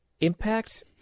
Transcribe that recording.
Impact